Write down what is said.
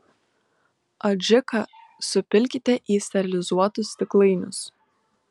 adžiką supilkite į sterilizuotus stiklainius